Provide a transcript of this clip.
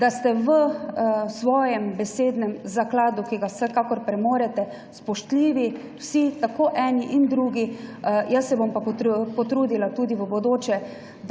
da ste vsi v svojem besednem zakladu, ki ga vsekakor premorete, spoštljivi, tako eni in drugi. Jaz se bom potrudila tudi v bodoče,